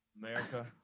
America